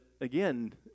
again